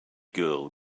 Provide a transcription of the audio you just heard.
girl